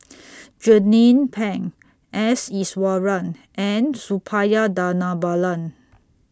Jernnine Pang S Iswaran and Suppiah Dhanabalan